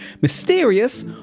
mysterious